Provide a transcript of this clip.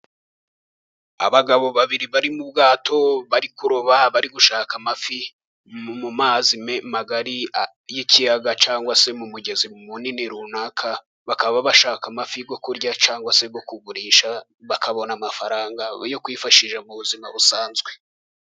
Abagabo babiri bari mu bwato bari kuroba, bari gushaka amafi mu mazi magari y'ikiyaga cyangwa se mu mugezi munini runaka, bakaba bashaka amafi yo kurya cyangwa se yo kugurisha, bakabona amafaranga yo kwifashisha mu buzima busanzwe.